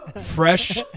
fresh